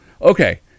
okay